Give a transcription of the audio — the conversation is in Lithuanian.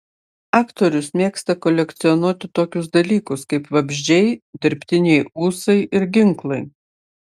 aktorius mėgsta kolekcionuoti tokius dalykus kaip vabzdžiai dirbtiniai ūsai ir ginklai